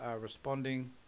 responding